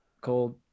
cold